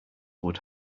would